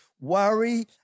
worry